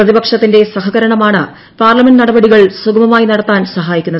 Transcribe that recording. പ്രതിപക്ഷത്തിന്റെ സഹകരണമാണ് പാർലമെന്റ് നടപടികൾ സുഗമമായി നടത്താൻ സഹായിക്കുന്നത്